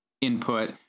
input